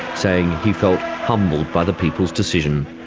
saying he felt humbled by the people's decision.